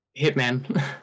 Hitman